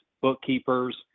bookkeepers